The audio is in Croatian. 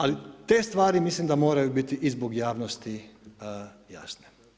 Ali te stvari mislim da moraju biti i zbog javnosti jasne.